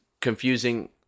confusing